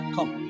Come